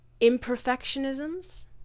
imperfectionisms